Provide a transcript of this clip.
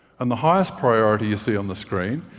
and the highest priority, you see on the screen,